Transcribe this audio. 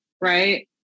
Right